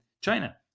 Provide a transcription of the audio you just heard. china